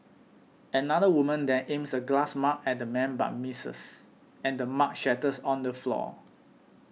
another woman then aims a glass mug at the man but misses and the mug shatters on the floor